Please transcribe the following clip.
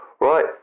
Right